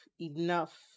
enough